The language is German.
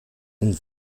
und